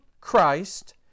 Christ